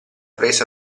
presa